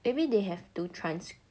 maybe they have to trans~